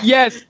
Yes